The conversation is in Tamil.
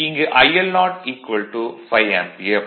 இங்கு IL0 5 ஆம்பியர்